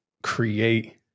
create